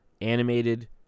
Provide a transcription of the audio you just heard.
animated